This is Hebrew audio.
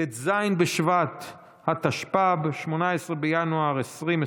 ט"ז בשבט התשפ"ב, 18 בינואר 2022,